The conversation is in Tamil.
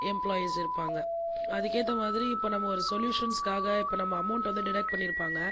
எம்ப்லாயிஸ் இருப்பாங்கள் அதுக்கு ஏற்ற மாதிரி இப்போ நம்ம ஒரு சொலுஷன்ஸ்காக இப்போ நம்ம அமௌன்ட் வந்து டிடெட் பண்ணி இருப்பாங்கள்